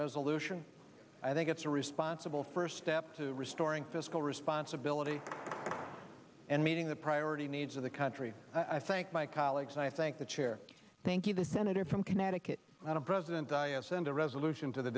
resolution i think it's a responsible first step to restoring fiscal responsibility and meeting the priority needs of the country i thank my colleagues i thank the chair thank you the senator from connecticut president sent a resolution to the